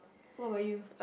what about you